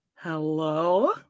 Hello